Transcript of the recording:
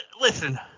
listen